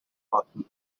бодно